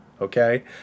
okay